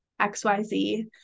xyz